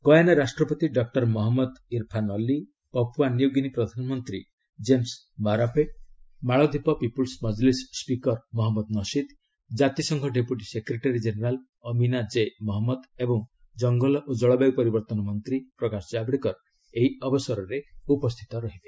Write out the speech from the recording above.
Guyana ରାଷ୍ଟ୍ରପତି doctor Mohamed Irfaan Ali Papua New Guinea ପ୍ରଧାନମନ୍ତ୍ରୀ James Marape ମାଳଦୀପ ପିପୁଲ୍ସ ମଜଲିସ୍ ସିକର ମହମ୍ମଦ ନସିଦ୍ ଜାତିସଂଘ deputy secretary general Amina J Mohammed ଏବଂ ଜଙ୍ଗଲ ଓ ଜଳବାୟୁ ପରବର୍ତ୍ତନ ମନ୍ତ୍ରୀ ପ୍ରକାଶ ଜାବଡେକର ଏହି ଅବସରରେ ଉପସ୍ଥିତ ରହିବେ